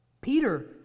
Peter